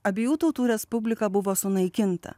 abiejų tautų respublika buvo sunaikinta